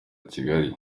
kigali